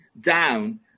down